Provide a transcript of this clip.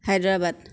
Hyderabad